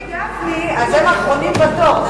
לפי גפני אז הם אחרונים בתור,